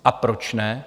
A proč ne?